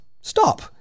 stop